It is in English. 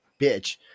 bitch